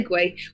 segue